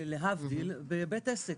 להבדיל, בבית עסק